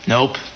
Nope